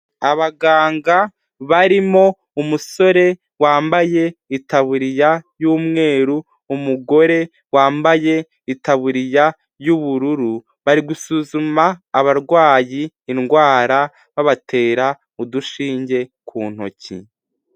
Abaganga barimo umusore wambaye itaburiya y'umweru, umugore wambaye itaburiya y'ubururu bari gusuzuma abarwayi indwara babatera udushinge ku ntoki.